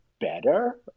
better